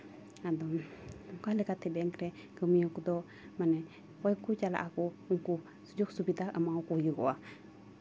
ᱟᱫᱚ ᱚᱱᱠᱟ ᱞᱮᱠᱟᱛᱮ ᱵᱮᱝᱠ ᱨᱮ ᱠᱟᱹᱢᱭᱟ ᱠᱚᱫᱚ ᱢᱟᱱᱮ ᱚᱠᱚᱭ ᱠᱚ ᱪᱟᱞᱟᱜ ᱟᱠᱚ ᱩᱱᱠᱩ ᱥᱩᱡᱳᱜᱽ ᱥᱩᱵᱤᱫᱷᱟ ᱮᱢᱟᱣᱟᱠᱚ ᱦᱩᱭᱩᱜᱼᱟ